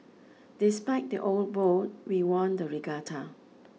despite the old boat we won the regatta